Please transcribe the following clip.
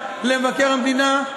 למבקר המדינה.